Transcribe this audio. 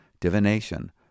divination